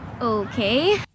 Okay